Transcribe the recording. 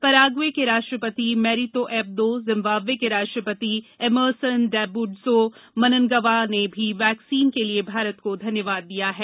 Paraguay के राष्ट्रपति Mario Abdo Zimbabwe के राष्ट्रपति एमरसन डैम्बुडजो मननगवा ने भी वैक्सीन के लिये भारत को धन्यवाद दिया है